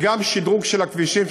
וגם שדרוג של הכבישים,